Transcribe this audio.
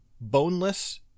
boneless